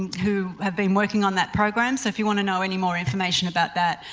who have been working on that program. so, if you want to know any more information about that,